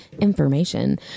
information